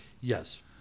Yes